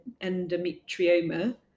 endometrioma